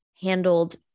handled